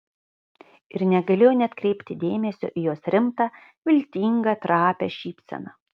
ir negalėjo neatkreipti dėmesio į jos rimtą viltingą trapią šypseną